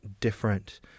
different